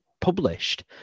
published